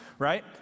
right